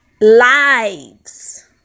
lives